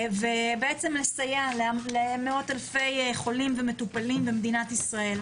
ולסייע למאות אלפי חולים ומטופלים במדינת ישראל.